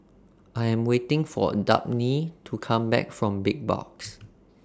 I Am waiting For Dabney to Come Back from Big Box